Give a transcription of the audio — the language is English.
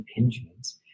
impingements